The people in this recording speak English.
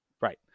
Right